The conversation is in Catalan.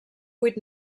vuit